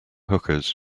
hookahs